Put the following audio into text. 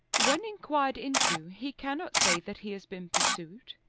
when inquired into, he cannot say that he has been pursued.